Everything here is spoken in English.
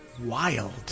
Wild